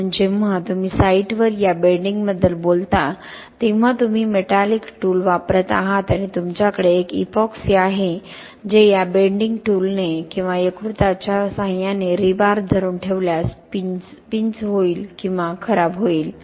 म्हणून जेव्हा तुम्ही साइटवर या बेंडिंगबद्दल बोलता तेव्हा तुम्ही मेटॅलिक टूल वापरत आहात आणि तुमच्याकडे एक इपॉक्सी आहे जे या बेंडिंग टूलने किंवा यकृताच्या सहाय्याने रीबार धरून ठेवल्यास पिंच होईल किंवा खराब होईल